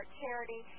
charity